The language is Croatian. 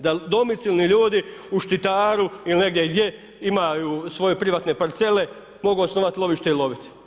Da domicilni ljudi u Štitaru ili negdje gdje imaju svoje privatne parcele mogu osnovati lovište i loviti.